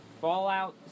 Fallout